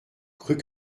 crut